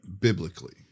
biblically